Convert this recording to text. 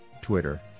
Twitter